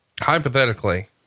Hypothetically